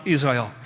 Israel